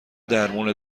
درمون